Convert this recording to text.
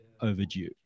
overdue